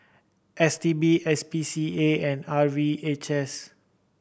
S T B S P C A and R V H S